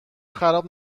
خراب